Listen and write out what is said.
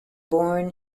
born